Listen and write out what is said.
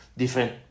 different